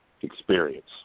experience